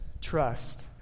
trust